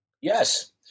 Yes